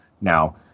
now